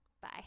Bye